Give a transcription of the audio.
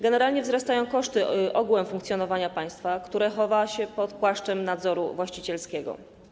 Generalnie wzrastają koszty ogółem funkcjonowania państwa, które chowa się pod płaszczem nadzoru właścicielskiego.